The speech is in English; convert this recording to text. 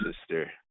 sister